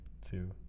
two